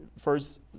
first